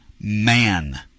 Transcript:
man